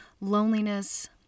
Loneliness